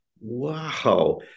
wow